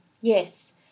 Yes